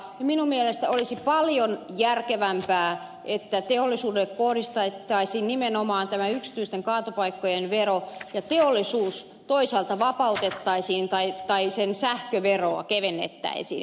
minun mielestäni olisi paljon järkevämpää että teollisuudelle kohdistettaisiin nimenomaan tämä yksityisten kaatopaikkojen vero ja teollisuus toisaalta vapautettaisiin tai sen sähköveroa kevennettäisiin